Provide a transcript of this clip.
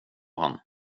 han